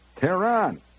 Tehran